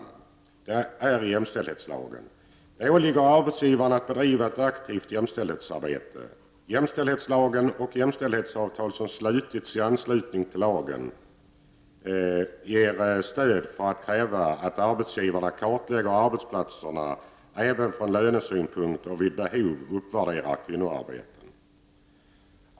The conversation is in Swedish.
Enligt jämställdhetslagen åligger det arbetsgivaren att bedriva ett aktivt jämställdhetsarbete. Jämställdhetslagen och jämställdhetsavtal som slutits i anslutning till lagen ger stöd för att kräva att arbetsgivarna kartlägger arbetsplatserna även från lönesynpunkt och vid behov uppvärderar kvinnoarbeten.